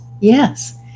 Yes